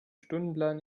stundenplan